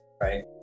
right